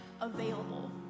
available